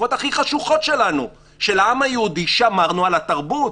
בתקופות הכי חשוכות של העם היהודי שמרנו על התרבות.